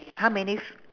how many f~